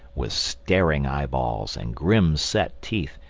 with staring eye-balls and grim set teeth,